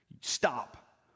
Stop